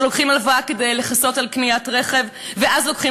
שלוקחים הלוואה כדי לכסות קניית רכב ואז לוקחים